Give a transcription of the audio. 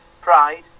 pride